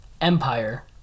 Empire